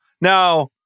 Now